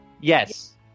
Yes